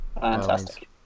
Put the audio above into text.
Fantastic